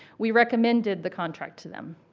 we recommended the contract to them.